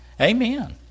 amen